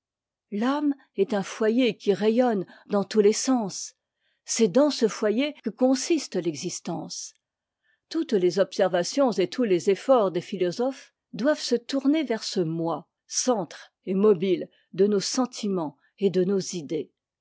l'âme est un foyer qui rayonne dans tous les sens c'est dans ce foyer que consiste l'existence toutes les observations et tous les efforts des philosophes doivent se tourner vers ce moi centre et mobile de nos sentiments et de nos idées